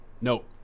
no